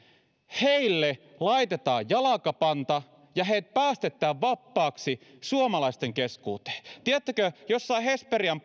heille laitetaan jalkapanta ja heidät päästetään vapaaksi suomalaisten keskuuteen tiedättekö kun jossain hesperian